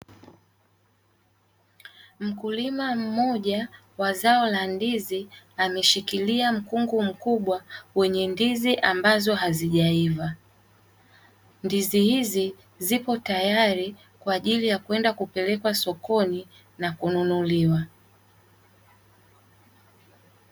Mkulima mmoja wa zao la ndizi ameshikilia mkungu mkubwa wenye ndizi ambazo hazijaiva. Ndizi hizi zipo tayari kwa ajili ya kwenda kupelekwa sokoni na kununuliwa.